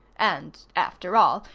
and, after all,